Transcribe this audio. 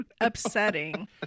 Upsetting